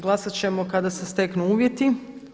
Glasat ćemo kada se steknu uvjeti.